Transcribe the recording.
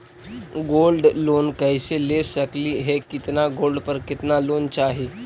Gold loan कैसे ले सकली हे, कितना गोल्ड पर कितना लोन चाही?